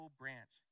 branch